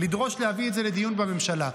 ולדרוש להביא את זה לדיון בממשלה.